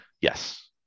Yes